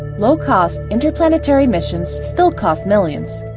low-cost interplanetary missions still cost millions,